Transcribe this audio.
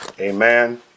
Amen